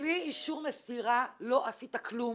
בלי אישור מסירה לא עשית כלום,